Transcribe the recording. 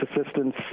assistance